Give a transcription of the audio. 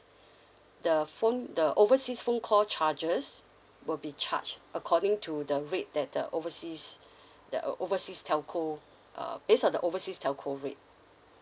the phone the overseas phone call charges will be charged according to the rate that the overseas the overseas telco err base on the overseas telco rate